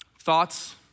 Thoughts